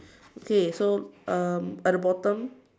okay so um at the bottom